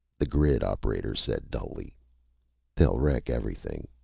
the grid operator said dully they'll wreck everything.